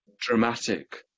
dramatic